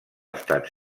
estat